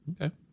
Okay